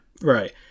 right